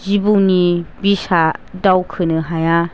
जिबौनि बिसआ दावखोनो हाया